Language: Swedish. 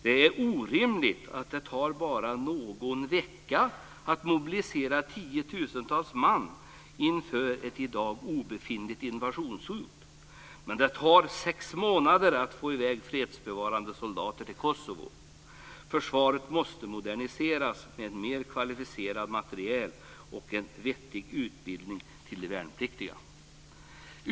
Det är orimligt att det ska ta bara någon vecka att mobilisera tiotusentals man inför ett i dag obefintligt invasionshot medan det tar sex månader att få i väg fredsbevarande soldater till Kosovo. Försvaret måste moderniseras med mer kvalificerad materiel och en vettig utbildning för de värnpliktiga.